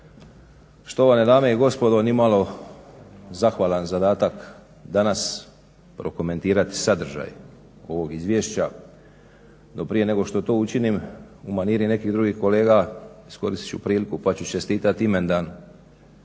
štovane dame i gospodo. Nimalo zahvalan zadatak danas prokomentirati sadržaj ovog izvješća. No prije nego što to učinim u maniri nekih drugih kolega iskoristit ću priliku pa ću čestiti imendan